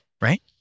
Right